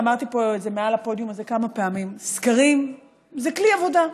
ואמרתי פה את זה מעל הפודיום הזה כמה פעמים: סקרים זה כלי עבודה,